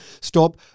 stop